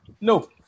No